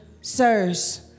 sirs